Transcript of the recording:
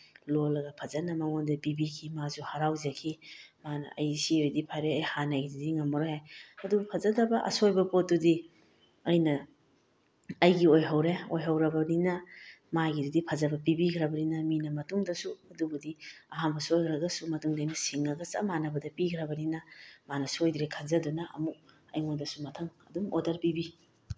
ꯂꯣꯜꯂꯒ ꯐꯖꯅ ꯃꯉꯣꯟꯗ ꯄꯤꯕꯤꯈꯤ ꯃꯥꯁꯨ ꯍꯔꯥꯎꯖꯈꯤ ꯃꯥꯅ ꯑꯩ ꯁꯤ ꯑꯣꯏꯔꯗꯤ ꯐꯔꯦ ꯑꯩ ꯍꯥꯟꯅꯒꯤꯗꯨꯗꯤ ꯉꯝꯃꯔꯣꯏ ꯍꯥꯏ ꯑꯗꯨꯕꯨ ꯐꯖꯗꯕ ꯑꯁꯣꯏꯕ ꯄꯣꯠꯇꯨꯗꯤ ꯑꯩꯅ ꯑꯩꯒꯤ ꯑꯣꯏꯍꯧꯔꯦ ꯑꯣꯏꯍꯧꯔꯕꯅꯤꯅ ꯃꯥꯒꯤꯗꯨꯗꯤ ꯐꯖꯕ ꯄꯤꯕꯤꯈ꯭ꯔꯕꯅꯤꯅ ꯃꯤꯅ ꯃꯇꯨꯡꯗꯁꯨ ꯑꯗꯨꯕꯨꯗꯤ ꯑꯍꯥꯟꯕ ꯁꯣꯏꯈ꯭ꯔꯒꯁꯨ ꯃꯇꯨꯡꯗ ꯑꯩꯅ ꯁꯤꯡꯉꯒ ꯆꯞ ꯃꯥꯟꯅꯕꯗ ꯄꯤꯈ꯭ꯔꯕꯅꯤꯅ ꯃꯥꯅ ꯁꯣꯏꯗ꯭ꯔꯦ ꯈꯟꯖꯗꯨꯅ ꯑꯃꯨꯛ ꯑꯩꯉꯣꯟꯗꯁꯨ ꯃꯊꯪ ꯑꯗꯨꯝ ꯑꯣꯗꯔ ꯄꯤꯕꯤ